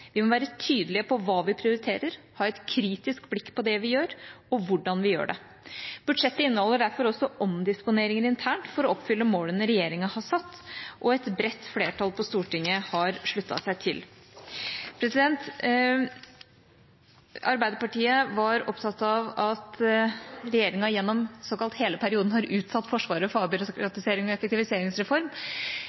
Vi må være tydelige på hva vi prioriterer, og ha et kritisk blikk på det vi gjør, og hvordan vi gjør det. Budsjettet inneholder derfor også omdisponeringer internt for å oppfylle målene regjeringa har satt, og et bredt flertall på Stortinget har sluttet seg til. Arbeiderpartiet var opptatt av at regjeringa gjennom såkalt hele perioden har utsatt Forsvaret for avbyråkratisering og effektiviseringsreform.